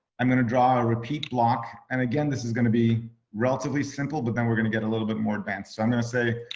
i'm gonna draw a repeat block. and again, this is gonna be relatively simple, but then we're gonna get a little bit more advanced. so i'm gonna say,